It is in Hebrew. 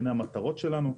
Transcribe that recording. הנה המטרות שלנו,